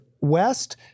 west